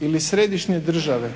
ili središnje države,